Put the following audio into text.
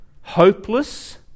hopeless